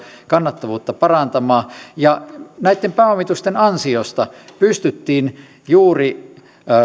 kannattavuutta parantamaan näitten pääomitusten ansiosta pystyttiin juuri